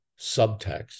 subtext